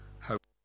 hope